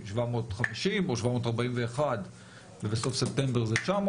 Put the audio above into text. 750 או 741 ובסוף ספטמבר זה 900,